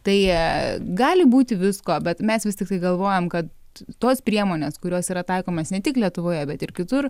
tai gali būti visko bet mes vis tiktai galvojam kad tos priemonės kurios yra taikomos ne tik lietuvoje bet ir kitur